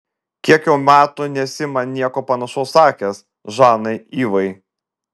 kiek jau metų nesi man nieko panašaus sakęs žanai ivai